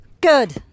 Good